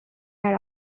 had